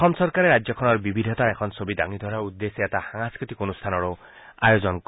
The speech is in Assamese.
অসম চৰকাৰে ৰাজ্যখনৰ বিবিধতাৰ এখন ছবি দাঙি ধৰাৰ উদ্দেশ্যে এটা সাংস্কৃতিক অনুষ্ঠানৰো আয়োজন কৰিব